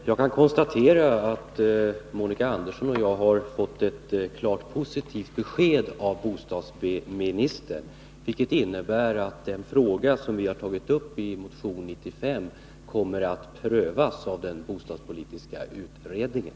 Herr talman! Jag kan konstatera att Monica Andersson och jag har fått ett klart positivt besked av bostadsministern. Det innebär att den fråga som vi har tagit upp i motion 95 kommer att prövas av den bostadspolitiska utredningen.